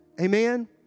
Amen